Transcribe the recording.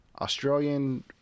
Australian